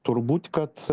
turbūt kad